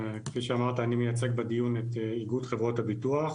כפי שאמרת אני מייצג בדיון את איגוד חברות הביטוח.